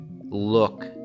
look